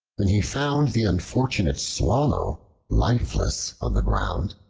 when he found the unfortunate swallow lifeless on the ground,